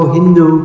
Hindu